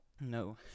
No